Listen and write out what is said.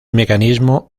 mecanismo